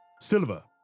Silva